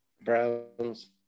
Browns